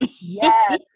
yes